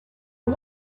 boy